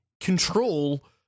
Control